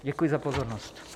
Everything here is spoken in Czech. Děkuji za pozornost.